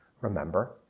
remember